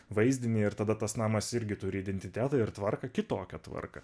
vaizdinį ir tada tas namas irgi turi identitetą ir tvarką kitokią tvarką